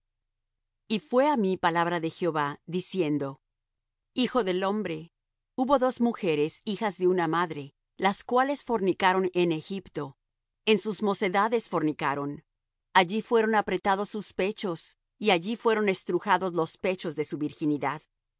y fué á mí palabra de jehová diciendo hijo del hombre hubo dos mujeres hijas de una madre las cuales fornicaron en egipto en sus mocedades fornicaron allí fueron apretados sus pechos y allí fueron estrujados los pechos de su virginidad